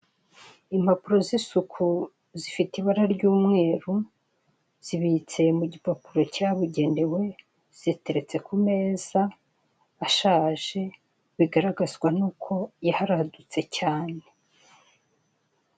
Impapuro z'isuku zifite ibara ry'umweru zibitse mu gipapuro cyabugenewe, ziteretse ku meza ashaje bigaragazwa n'uko yaharadutse cyane.